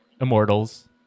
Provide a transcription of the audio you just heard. immortals